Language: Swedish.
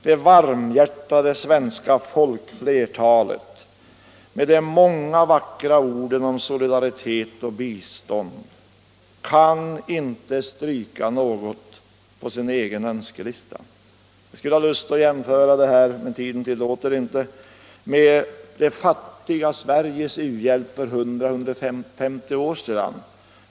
Det varmhjärtade svenska folkflertalet med de många vackra orden om solidaritet och bistånd kan inte stryka något på sin egen önskelista. Jag skulle ha lust att jämföra detta, men tiden tillåter inte det, med det fattiga Sveriges u-hjälp för 100-150 år sedan.